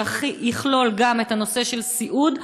שיכלול גם את הנושא של סיעוד,